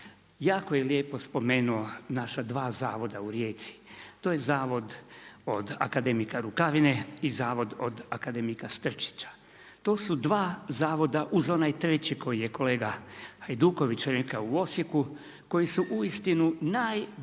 jako je lijepo spomenuo naša dva zavoda u Rijeci. To je zavod od akademika Rukavine i zavod od akademika Strčića. To su dva zavoda uz onaj treći koji je kolega Hajduković rekao u Osijeku koji su uistinu najbolji